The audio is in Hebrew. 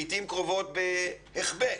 לעיתים קרובות בהיחבא,